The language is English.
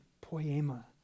poema